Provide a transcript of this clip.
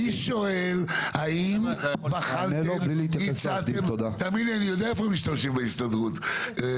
אני יודע איפה משתמשים בהסתדרות.